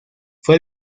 fue